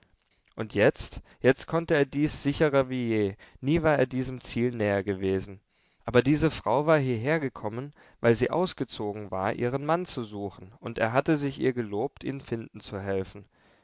und jetzt jetzt konnte er dies sicherer wie je nie war er diesem ziel näher gewesen aber diese frau war hierhergekommen weil sie ausgezogen war ihren mann zu suchen und er hatte sich ihr gelobt ihn finden zu helfen